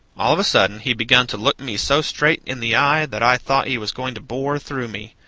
all of a sudden he begun to look me so straight in the eye that i thought he was going to bore through me.